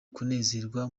kunezerwa